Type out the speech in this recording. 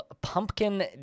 Pumpkin